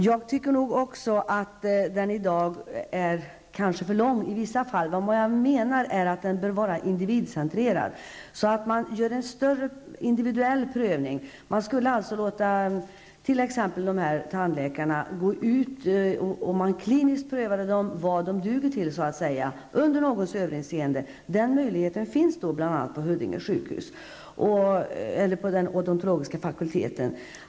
Herr talman! Jag tycker nog att den i dag kanske också är för lång i vissa fall. Vad jag menar är att den bör vara individcentrerad, att man gör en mer individuell prövning. Under någons överinseende skulle man t.ex. kunna låta dessa tandläkare så att säga kliniskt visa vad de duger till. Den möjligheten finns bl.a. på Huddinge sjukhus, odontologiska fakulteten.